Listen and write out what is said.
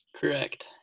Correct